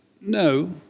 No